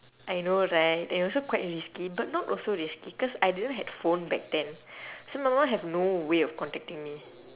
I know right and also quite risky but not also risky cause I didn't had phone back then so my mum have no way of contacting me